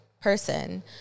person